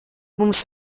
mums